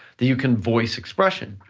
that you can voice expression,